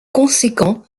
conséquent